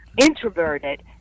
introverted